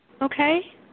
Okay